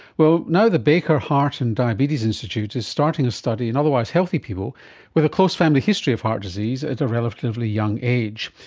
well, now the baker heart and diabetes institute is starting a study in otherwise healthy people with a close family history of heart disease at a relatively young age.